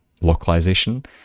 localization